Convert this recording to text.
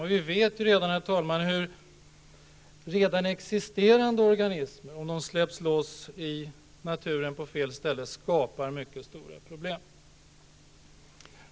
Vi vet, herr talman, hur redan existerande organismer, om det släpps loss i naturen på fel ställe, skapar mycket stora problem.